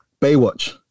Baywatch